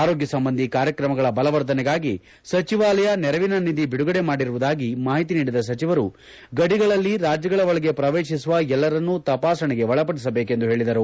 ಆರೋಗ್ಯ ಸಂಬಂಧಿ ಕಾರ್ಯಕ್ರಮಗಳ ಬಲವರ್ಧನೆಗಾಗಿ ಸಚಿವಾಲಯ ನೆರವಿನ ನಿಧಿ ಬಿಡುಗಡೆ ಮಾಡಿರುವುದಾಗಿ ಮಾಹಿತಿ ನೀಡಿದ ಸಚಿವರು ಗಡಿಗಳಲ್ಲಿ ರಾಜ್ಯಗಳ ಒಳಗೆ ಪ್ರವೇಶಿಸುವ ಎಲ್ಲರನ್ನೂ ತಪಾಸಣೆಗೆ ಒಳಪಡಿಸಬೇಕೆಂದು ತಿಳಿಸಿದರು